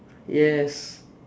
yes